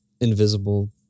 invisible